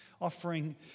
Offering